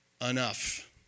Enough